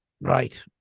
right